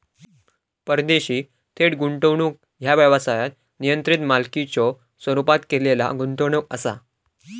परदेशी थेट गुंतवणूक ह्या व्यवसायात नियंत्रित मालकीच्यो स्वरूपात केलेला गुंतवणूक असा